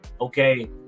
okay